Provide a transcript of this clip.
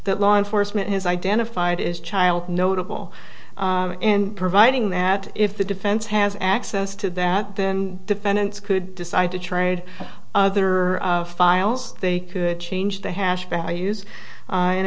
that law enforcement has identified as child notable and providing that if the defense has access to that then defendants could decide to trade other files they could change the hash values and